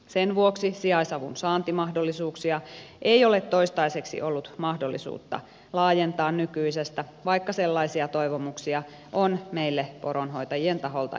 sen vuoksi sijaisavun saantimahdollisuuksia ei ole toistaiseksi ollut mahdollista laajentaa nykyisestä vaikka sellaisia toivomuksia on meille poronhoitajien taholta esitetty